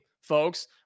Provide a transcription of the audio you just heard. folks